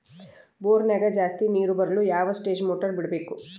ಬೋರಿನ್ಯಾಗ ಜಾಸ್ತಿ ನೇರು ಬರಲು ಯಾವ ಸ್ಟೇಜ್ ಮೋಟಾರ್ ಬಿಡಬೇಕು?